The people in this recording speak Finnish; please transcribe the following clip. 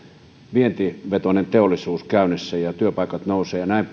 vientivetoinen teollisuus käynnissä ja työpaikkojen määrä nousee ja näin